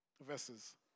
verses